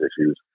issues